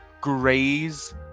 graze